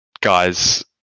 guys